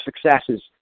successes